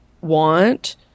want